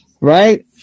Right